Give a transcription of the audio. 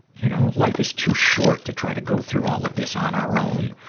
you know, life is too short to try to go through all of this on our own,